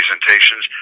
presentations